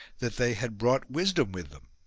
that they had brought wisdom with them.